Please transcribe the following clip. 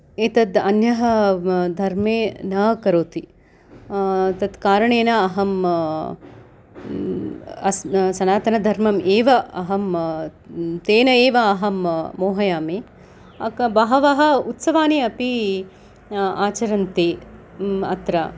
एतद् अन्यः धर्मे न करोति तत् कारणेन अहं सनातनधर्मम् एव अहं तेन एव अहं मोहयामि बहवः उत्सवानि अपि आचरन्ति अत्र